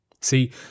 See